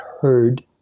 heard